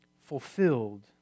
fulfilled